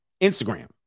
instagram